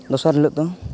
ᱫᱚᱥᱟᱨ ᱦᱤᱞᱳᱜ ᱫᱚ